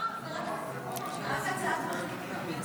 לא, זו רק הצעה תכליתית.